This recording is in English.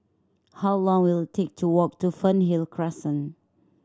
how long will it take to walk to Fernhill Crescent